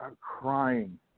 crying